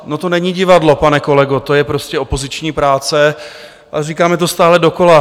No to není divadlo, pane kolego, to je prostě opoziční práce a říkáme to stále dokola.